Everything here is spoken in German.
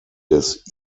des